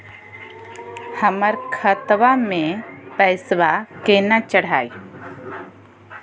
हमर खतवा मे पैसवा केना चढाई?